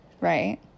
right